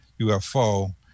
ufo